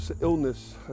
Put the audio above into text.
illness